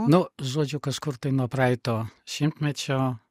nu žodžiu kažkur tai nuo praeito šimtmečio